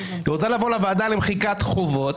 היא רוצה לבוא לוועדה למחיקת חובות.